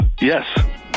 yes